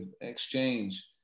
exchange